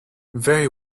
very